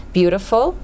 beautiful